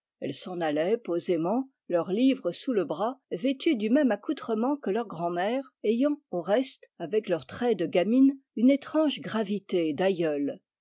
elles s'en allaient posément leurs livres sous le bras vêtues du même accoutrement que leurs grand'mères ayant au reste dans leurs traits de gamines une étrange gravité d'aïeules